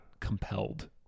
compelled